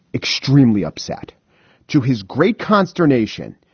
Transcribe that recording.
extremely upset to his great consternation.